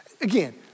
Again